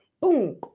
boom